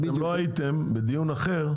אתם לא הייתם בדיון אחר,